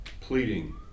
pleading